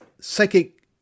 psychic